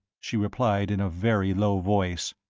she replied in a very low voice,